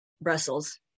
Brussels